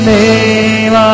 name